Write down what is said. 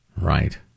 Right